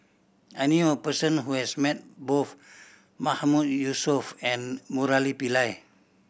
I knew a person who has met both Mahmood Yusof and Murali Pillai